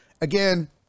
Again